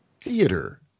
theater